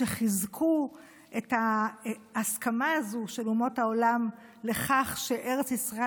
שחיזקו את ההסכמה הזו של אומות העולם לכך שארץ ישראל